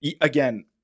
again